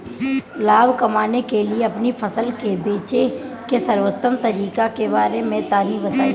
लाभ कमाने के लिए अपनी फसल के बेचे के सर्वोत्तम तरीके के बारे में तनी बताई?